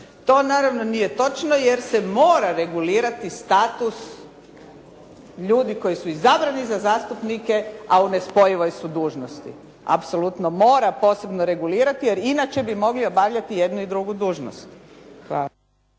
To naravno nije točno jer se mora regulirati status ljudi koji su izabrani za zastupnike, a u nespojivoj su dužnosti. Apsolutno mora posebno regulirati, jer inače bi mogli obavljati i jednu i drugu dužnost.